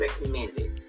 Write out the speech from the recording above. recommended